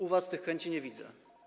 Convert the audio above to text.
U was tych chęci nie widzę.